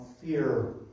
fear